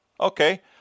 Okay